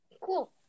Cool